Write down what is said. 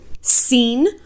seen